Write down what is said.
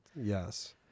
Yes